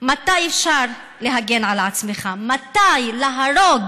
מתי אפשר להגן על עצמך, מתי הרג